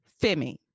Femi